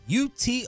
UT